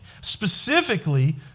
Specifically